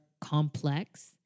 complex